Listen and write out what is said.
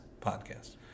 podcast